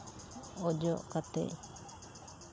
ᱚᱡᱚᱜ ᱠᱟᱛᱮᱫ